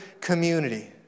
community